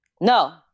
No